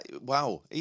wow